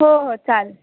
हो हो चालेल